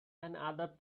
another